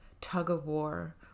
tug-of-war